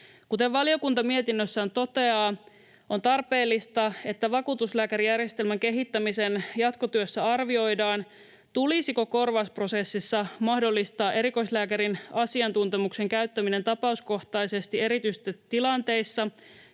Kuten valiokunta mietinnössään toteaa, on tarpeellista, että vakuutuslääkärijärjestelmän kehittämisen jatkotyössä arvioidaan, tulisiko korvausprosessissa mahdollistaa erikoislääkärin asiantuntemuksen käyttäminen tapauskohtaisesti erityisesti tilanteissa,